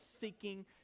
seeking